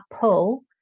pull